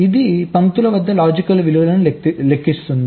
ఇది పంక్తుల వద్ద లాజిక్ విలువలను లెక్కిస్తుంది